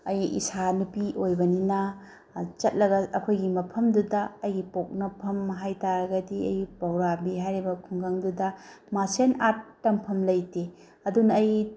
ꯑꯩ ꯏꯁꯥ ꯅꯨꯄꯤ ꯑꯣꯏꯕꯅꯤꯅ ꯆꯠꯂꯒ ꯑꯩꯈꯣꯏꯒꯤ ꯃꯐꯝꯗꯨꯗ ꯑꯩꯒꯤ ꯄꯣꯛꯅꯐꯝ ꯍꯥꯏ ꯇꯥꯔꯒꯗꯤ ꯑꯩꯒꯤ ꯄꯧꯔꯥꯕꯤ ꯍꯥꯏꯔꯤꯕ ꯈꯨꯡꯒꯪꯗꯨꯗ ꯃꯥꯔꯁꯦꯜ ꯑꯥꯔꯠ ꯇꯝꯐꯝ ꯂꯩꯇꯦ ꯑꯗꯨꯅ ꯑꯩ